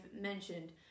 mentioned